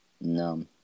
No